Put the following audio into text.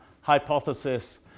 hypothesis